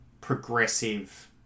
progressive